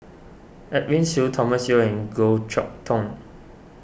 Edwin Siew Thomas Yeo and Goh Chok Tong